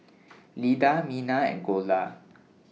Lida Mina and Golda